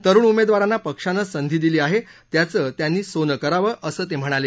तरुण उमेदवारांना पक्षानं संधी दिली आहे त्याचं त्यांनी सोनं करावं असं ते म्हणाले